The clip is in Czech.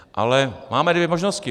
Ale máme dvě možnosti.